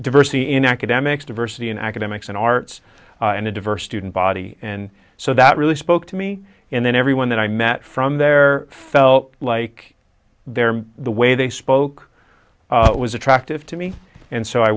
diversity in academics diversity in academics and arts and a diverse student body and so that really spoke to me and then everyone that i met from there felt like their the way they spoke was attractive to me and so i